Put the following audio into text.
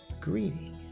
greeting